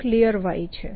y છે